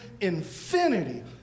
infinity